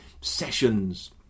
sessions